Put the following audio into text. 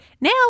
Now